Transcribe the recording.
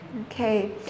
Okay